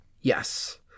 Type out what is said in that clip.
Yes